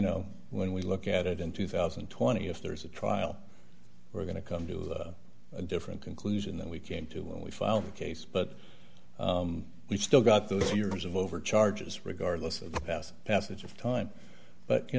know when we look at it in two thousand and twenty if there is a trial we're going to come to a different conclusion than we came to when we filed the case but we've still got those years of over charges regardless of that passage of time but you